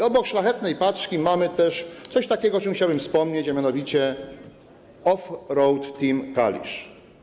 Obok Szlachetnej Paczki mamy też coś takiego, o czym chciałbym wspomnieć, a mianowicie OFF ROAD Team Kalisz.